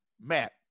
matt